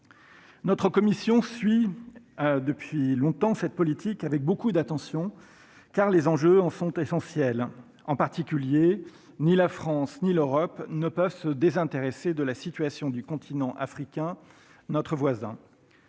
Notre commission suit depuis longtemps cette politique avec beaucoup d'attention, car les enjeux en sont essentiels. En particulier, ni la France ni l'Europe ne peuvent se désintéresser de la situation du continent africain, notre voisin.